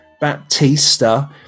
Baptista